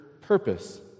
purpose